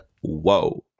Whoa